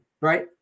right